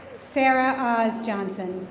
sarah um oz-johnson.